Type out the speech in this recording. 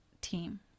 team